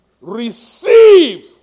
receive